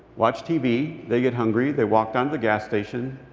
watch tv, they get hungry, they walk down to the gas station.